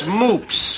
moops